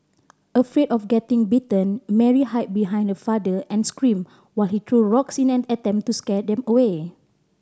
afraid of getting bitten Mary hide behind her father and screamed while he threw rocks in an attempt to scare them away